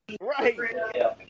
Right